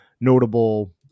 notable